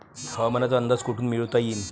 हवामानाचा अंदाज कोठून मिळवता येईन?